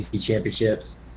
championships